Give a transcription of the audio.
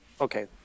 Okay